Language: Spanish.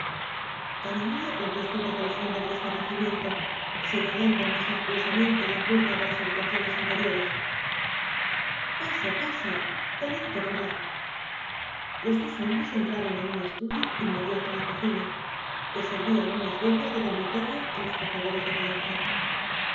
cañamél le contestó desde el fondo del establecimiento señalando majestuosamente la puerta de las habitaciones interiores oamas t babro pasa pasa tenim que parlar los doa hombrea eatraron ea un estudi inmediato á la cocina que servía algunas veces de doríbítorio á los cazadores de valencia